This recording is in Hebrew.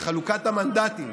שחלוקת המנדטים